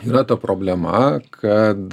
yra ta problema kad